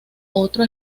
otro